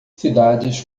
cidades